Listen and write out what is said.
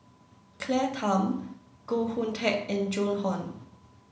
Claire Tham Koh Hoon Teck and Joan Hon